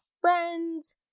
friends